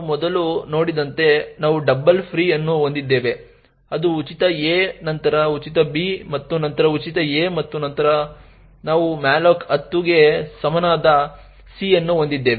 ನಾವು ಮೊದಲು ನೋಡಿದಂತೆ ನಾವು ಡಬಲ್ ಫ್ರೀ ಅನ್ನು ಹೊಂದಿದ್ದೇವೆ ಅದು ಉಚಿತ a ನಂತರ ಉಚಿತ b ಮತ್ತು ನಂತರ ಉಚಿತ a ಮತ್ತು ನಂತರ ನಾವು malloc 10 ಗೆ ಸಮಾನವಾದ c ಅನ್ನು ಹೊಂದಿದ್ದೇವೆ